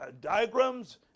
diagrams